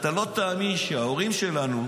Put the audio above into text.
אתה לא תאמין שההורים שלנו,